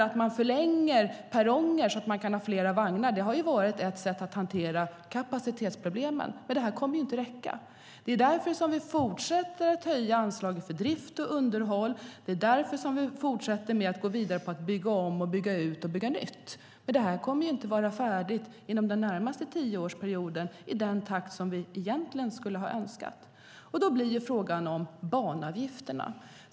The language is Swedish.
Att förlänga perronger så att man kan ha fler vagnar har varit ett sätt att hantera kapacitetsproblemen. Men det här kommer inte att räcka. Det är därför vi fortsätter att höja anslaget till drift och underhåll. Det är därför vi fortsätter och går vidare med att bygga om, bygga ut och bygga nytt. Men detta kommer inte att vara färdigt inom den närmaste tioårsperioden i den takt som vi egentligen skulle ha önskat. Då blir det fråga om banavgifterna.